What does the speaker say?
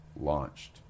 launched